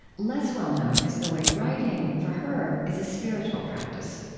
less well-known is the way writing, for her, is a spiritual practice